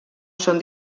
són